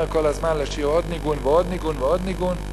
כל הזמן לשיר עוד ניגון ועוד ניגון ועוד ניגון,